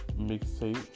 mixtape